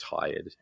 tired